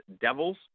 Devils